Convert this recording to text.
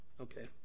Okay